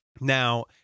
Now